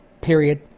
period